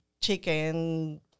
chicken